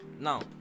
now